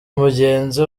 mugenzi